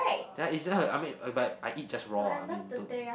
then it's just uh I mean but I eat just raw I mean though